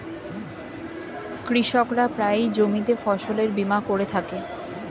কৃষকরা প্রায়ই জমিতে ফসলের বীমা করে থাকে